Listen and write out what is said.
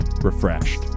refreshed